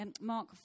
Mark